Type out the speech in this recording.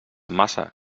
massa